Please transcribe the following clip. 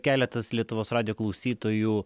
keletas lietuvos radijo klausytojų